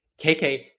kk